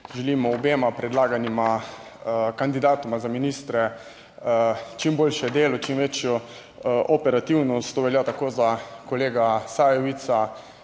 želim obema predlaganima kandidatoma za ministra čim boljše delo, čim večjo operativnost. To velja tako za kolega Sajovica,